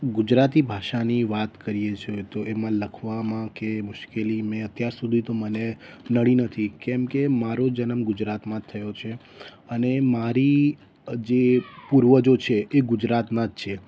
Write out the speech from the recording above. ગુજરાતી ભાષાની વાત કરીએ છીએ તો એમાં લખવામાં કે મુશ્કેલી મેં અત્યાર સુધી તો મને નડી નથી કેમકે મારો જન્મ ગુજરાતમાં જ થયો છે અને મારી જે પૂર્વજો છે એ ગુજરાતના જ છે તો